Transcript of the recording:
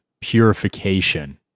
purification